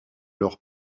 leur